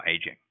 aging